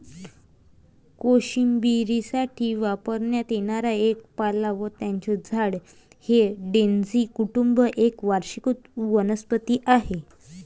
कोशिंबिरीसाठी वापरण्यात येणारा एक पाला व त्याचे झाड हे डेझी कुटुंब एक वार्षिक वनस्पती आहे